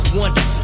wonder